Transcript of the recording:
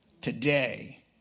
today